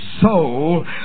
soul